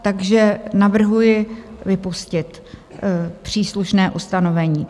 Takže navrhuji vypustit příslušné ustanovení.